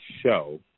show